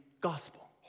gospel